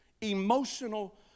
emotional